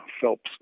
Phelps